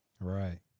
Right